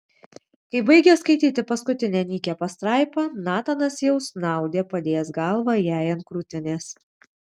kai baigė skaityti paskutinę nykią pastraipą natanas jau snaudė padėjęs galvą jai ant krūtinės